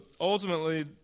ultimately